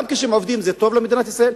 גם כשהם עובדים זה טוב למדינת ישראל.